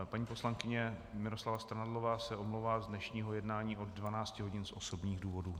Paní poslankyně Miroslava Strnadlová se omlouvá z dnešního jednání od 12 hodin z osobních důvodů.